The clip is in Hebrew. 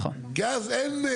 כי אז אין,